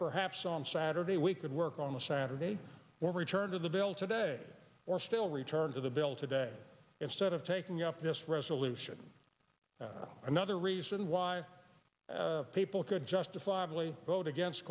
perhaps on saturday we could work on a saturday or return to the bill today or still return to the bill today instead of taking up this resolution another reason why people could justifiably vote against